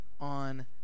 on